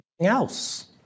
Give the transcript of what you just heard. else